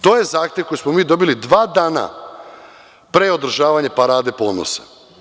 To je zahtev koji smo mi dobili dva dana pre održavanja parade ponosa.